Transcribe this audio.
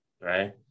right